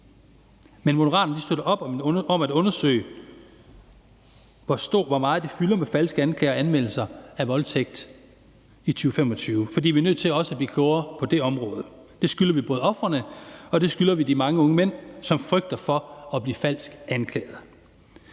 Men Moderaterne støtter op om i 2025 at undersøge, hvor meget falske anklager og anmeldelser af voldtægt fylder. For vi er nødt til også at blive klogere på det område. Det skylder vi både ofrene, og det skylder vi de mange unge mænd, som frygter for at blive falsk anklaget.